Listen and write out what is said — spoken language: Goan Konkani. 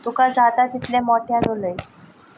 तुका जाता तितलें मोठ्यान उलय